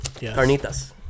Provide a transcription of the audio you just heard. carnitas